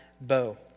bow